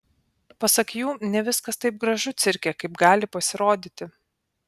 pasak jų ne viskas taip gražu cirke kaip gali pasirodyti